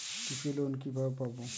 কৃষি লোন কিভাবে পাব?